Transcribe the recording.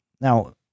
Now